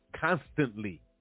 constantly